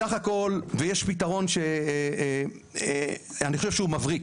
ויש פתרון שאני חושב שהוא מבריק.